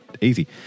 easy